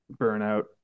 burnout